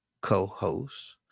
Co-host